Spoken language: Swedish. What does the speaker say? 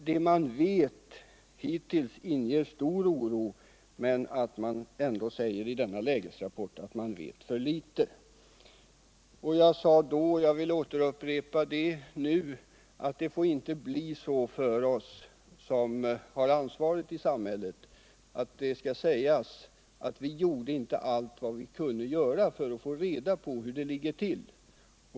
Det man vet hittills inger stor oro, men ändå säger man i denna lägesrapport att man vet för litet. Jag sade i den tidigare debatten, och jag vill upprepa det nu, att det inte får bli så att det kan sägas att vi som har ansvaret i samhället inte gjort allt man kunde göra för att få reda på hur det ligger till.